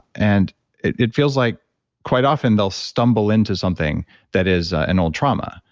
and it it feels like quite often they'll stumble into something that is an old trauma,